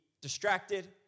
distracted